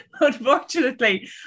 Unfortunately